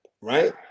right